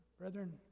Brethren